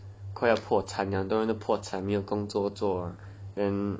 快要破产了很多人要破产了没有工作做 lah then